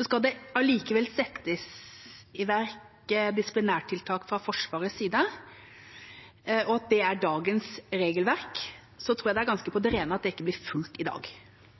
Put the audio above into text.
skal det allikevel settes i verk disiplinærtiltak fra Forsvarets side – hvis det er dagens regelverk, tror jeg det er ganske på det rene at det ikke blir fulgt i dag.